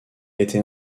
été